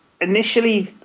initially